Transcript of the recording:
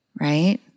Right